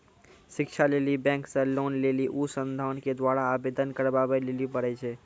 शिक्षा लेली बैंक से लोन लेली उ संस्थान के द्वारा आवेदन करबाबै लेली पर छै?